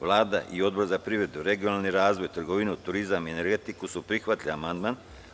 Vlada i Odbor za privredu, regionalni razvoj, trgovinu, turizam i energetiku su prihvatili amandman.